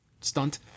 stunt